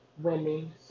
women